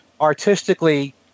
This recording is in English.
artistically